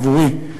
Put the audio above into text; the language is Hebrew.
עבורי,